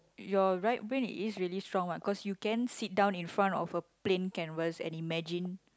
your right brain is really strong what cause you can sit down in front of a plane canvas and imagine